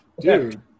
Dude